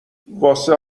واسه